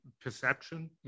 perception